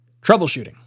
Troubleshooting